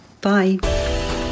bye